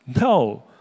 No